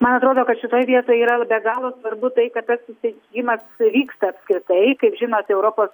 man atrodo kad šitoj vietoj yra be galo svarbu tai kad tas susitikimas vyksta apskritai kaip žinot europos